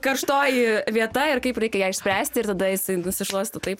karštoji vieta ir kaip reikia ją išspręsti ir tada jisai nusišluosto taip